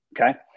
Okay